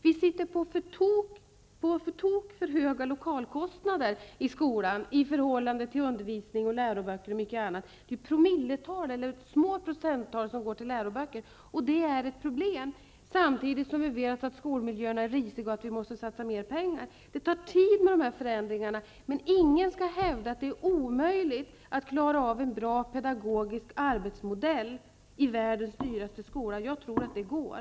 Vi har på tok för höga lokalkostnader i skolan i förhållande till medlen för undervisning, läroböcker och mycket annat. Det är små procenttal av medlen som går till läroböcker, och det är ett problem. Samtidigt vet vi att skolmiljöerna är risiga och att vi måste satsa mer pengar där. Det tar tid med dessa förändringar, men ingen skall hävda att det är omöjligt att klara av en bra pedagogisk arbetsmodell i världens dyraste skola. Jag tror att det går.